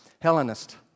Hellenist